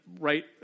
right